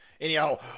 Anyhow